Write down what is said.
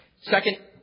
Second